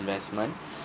investment